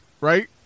right